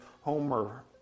Homer